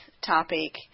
topic